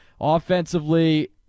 Offensively